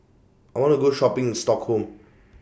I wanna Go Shopping in Stockholm